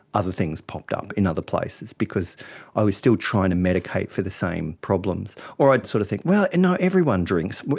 other things popped up in other places because i was still trying to medicate for the same problems. or i'd sort of think, you and know, everyone drinks,